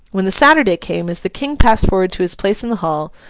when the saturday came, as the king passed forward to his place in the hall,